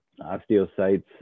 Osteocytes